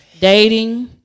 dating